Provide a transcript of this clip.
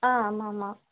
ஆ ஆமாம் ஆமாம்